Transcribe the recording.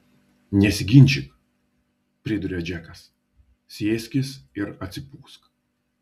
nesiginčyk priduria džekas sėskis ir atsipūsk